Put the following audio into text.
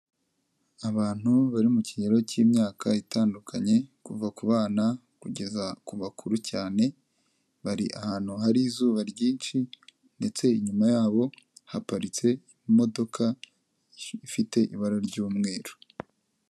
Abantu bari mu kigero k'imyaka itandukanye, kuva ku bana, kugeza ku bakuru cyane, bari ahantu hari izuba ryinshi ndetse inyuma yabo, haparitse imodoka ifite ibara ry'umweru.